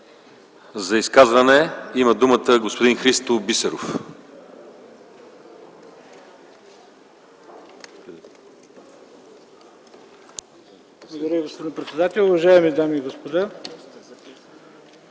За изказване думата има господин Христо Бисеров.